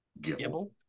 Gibble